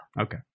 Okay